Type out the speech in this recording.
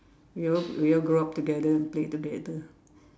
we all we all grow up together and play together